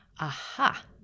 aha